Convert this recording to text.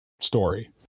story